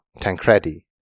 Tancredi